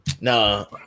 No